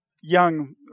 young